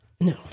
No